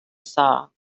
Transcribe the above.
saw